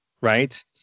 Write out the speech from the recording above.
right